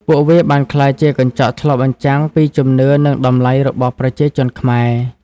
ពួកវាបានក្លាយជាកញ្ចក់ឆ្លុះបញ្ចាំងពីជំនឿនិងតម្លៃរបស់ប្រជាជនខ្មែរ។